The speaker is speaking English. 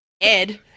Ed